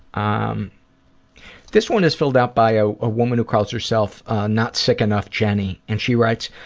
um this one is filled out by a ah woman who calls herself not sick enough jenny, and she writes,